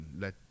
let